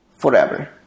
forever